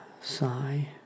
sigh